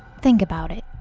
think about it!